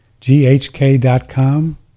GHK.com